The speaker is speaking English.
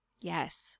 Yes